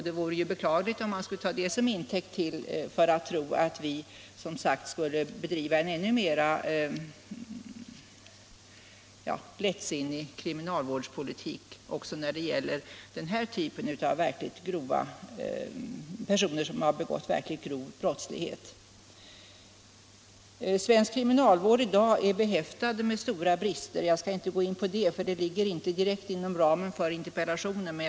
Det vore beklagligt om man skulle ta det till intäkt för att tro att vi i vårt land skulle bedriva en närmast lättsinnig kriminalvårdspolitik när det gäller personer som har begått verkligt grova brott. Svensk kriminalvård av i dag är behäftad med stora brister. Jag skall inte gå in på det, för det ligger inte direkt inom ramen för interpellationen.